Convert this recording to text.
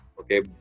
Okay